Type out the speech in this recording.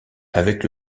avec